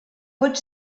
pot